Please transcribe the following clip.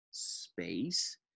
Space